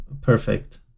perfect